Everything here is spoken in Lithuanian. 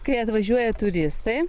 kai atvažiuoja turistai